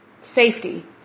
safety